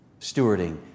stewarding